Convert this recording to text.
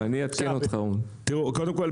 קודם כל,